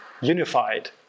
unified